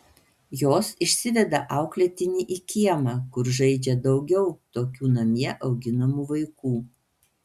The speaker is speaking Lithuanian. jos išsiveda auklėtinį į kiemą kur žaidžia daugiau tokių namie auginamų vaikų